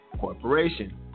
corporation